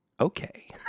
okay